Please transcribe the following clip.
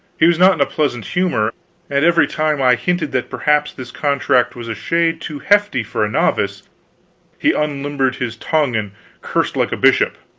he was not in a pleasant humor and every time i hinted that perhaps this contract was a shade too hefty for a novice he unlimbered his tongue and cursed like a bishop